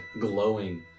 glowing